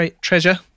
treasure